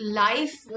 life